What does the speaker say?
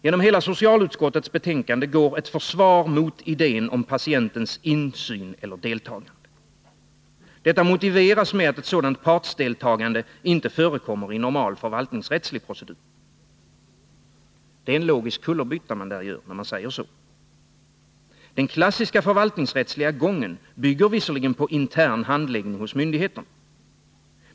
Genom hela socialutskottets betänkande går ett försvar mot idén om patientens insyn eller deltagande. Detta motiveras med att sådant partsdeltagande inte förekommer i normal förvaltningsrättslig procedur. Man gör en logisk kullerbytta när man säger så. Den klassiska förvaltningsrättsliga gången bygger visserligen på intern handläggning hos myndigheterna.